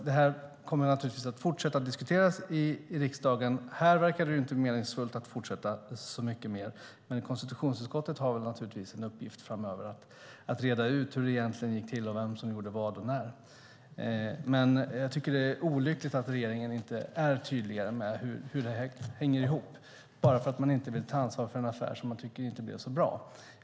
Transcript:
Detta kommer naturligtvis att fortsätta diskuteras i riksdagen. Här verkar det inte meningsfullt att fortsätta så mycket mer. Men i konstitutionsutskottet har vi naturligtvis en uppgift framöver att reda ut hur det egentligen gick till och vem som gjorde vad och när. Men det är olyckligt att regeringen inte är tydligare med hur detta hänger ihop bara för att man inte vill ta ansvar för en affär som man inte tycker blev så bra.